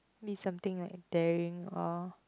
mean something like daring or